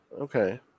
okay